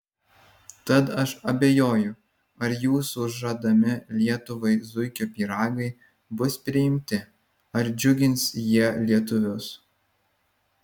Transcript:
tad aš abejoju ar jūsų žadami lietuvai zuikio pyragai bus priimti ar džiugins jie lietuvius